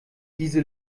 diese